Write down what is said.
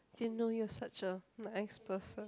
didn't know you were such a nice person